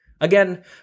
again